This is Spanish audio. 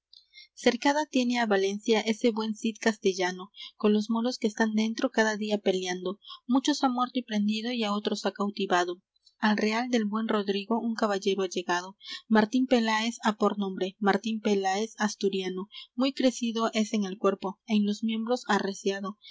cercada tiene á valencia ese buen cid castellano con los moros que están dentro cada día peleando muchos ha muerto y prendido y á otros ha cautivado al real del buen rodrigo un caballero ha llegado martín peláez ha por nombre martín peláez asturiano muy crecido es en el cuerpo en los miembros arreciado